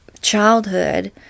childhood